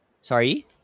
Sorry